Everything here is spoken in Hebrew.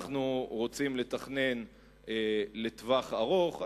אנחנו רוצים לתכנן לטווח ארוך.